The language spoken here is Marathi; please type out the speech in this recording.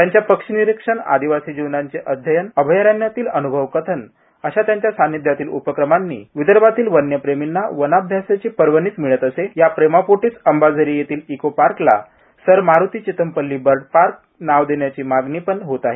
त्यांच्या पक्षीनिरक्षण आदिवासी जीवनाचे अध्ययन अभयारण्यातील अन्भव कथन अशा त्यांच्या सानिध्यातील उपक्रमांनी विदर्भातील वन्यप्रेर्मींना वनाभ्यासाची पर्वणीच मिळत असे या प्रेमापोटीच अंबाझरी येथील इकोपार्कला sir Maruti Chitampalli bird park नाव देण्याची मागणी पण होत आहे